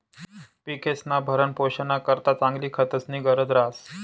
पिकेस्ना भरणपोषणना करता चांगला खतस्नी गरज रहास